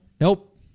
Nope